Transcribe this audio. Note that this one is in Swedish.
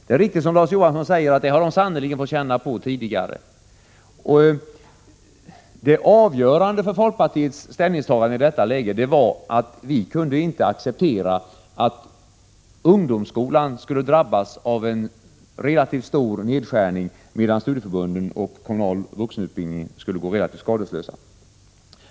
Det är riktigt, som Larz Johansson sade, att de sannerligen har fått känna av minskade anslag tidigare. Det avgörande för folkpartiets ställningstagande i detta läge var att vi inte kunde acceptera att ungdomsskolan skulle drabbas av en relativt stor nedskärning, medan studieförbunden och kommunal vuxenutbildning skulle gå relativt skadeslösa.